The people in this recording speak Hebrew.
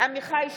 עמיחי שיקלי,